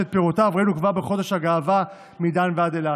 שאת פירותיו ראינו כבר בחודש הגאווה מדן ועד אילת.